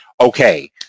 okay